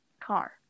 car